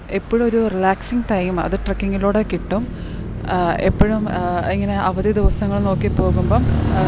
എപ്പോഴും ഒരു relaxing time അത് ട്രക്കിങ്ങിലൂടെ കിട്ടും എപ്പോഴും ഇങ്ങനെ അവധി ദിവസങ്ങൾ നോക്കി പോകുമ്പം